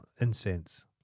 incense